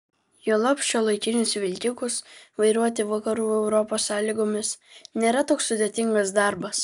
juolab šiuolaikinius vilkikus vairuoti vakarų europos sąlygomis nėra toks sudėtingas darbas